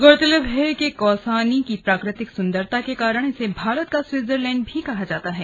गौरतलब है कि कौसानी की प्राकृतिक सुंदरता के कारण इसे भारत का स्विट्जरलैंड भी कहा जाता है